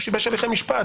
הוא שיבש הליכי משפט.